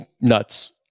nuts